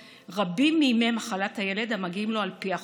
רבים מימי מחלת הילד המגיעים לו על פי החוק.